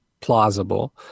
plausible